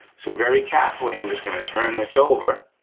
so very carefully, i'm just gonna turn this over.